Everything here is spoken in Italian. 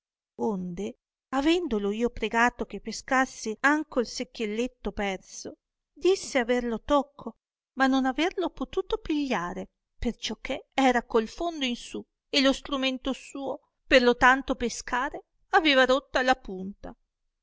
onde avendolo io pregato che pescasse anco il secchielletto perso disse averlo tocco ma non averlo potuto pigliare perciò che era col fondo in su e lo stromento suo per lo tanto pescare aveva rotta la punta